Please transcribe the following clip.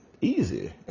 easy